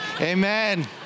Amen